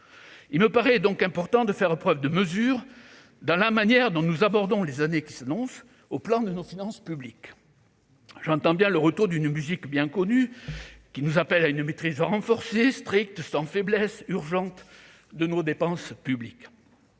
Il me paraît donc important de faire preuve de mesure dans la manière dont nous abordons les années qui s'annoncent sur le plan de nos finances publiques. Je remarque le retour d'une musique bien connue et qui nous appelle à une maîtrise « renforcée »,« stricte »,« sans faiblesse »,« urgente » de nos dépenses publiques.